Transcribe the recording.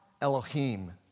Elohim